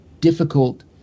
difficult